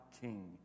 King